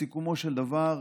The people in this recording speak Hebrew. בסיכומו של דבר,